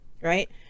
right